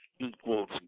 equals